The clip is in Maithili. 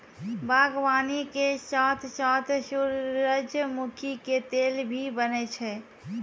बागवानी के साथॅ साथॅ सूरजमुखी के तेल भी बनै छै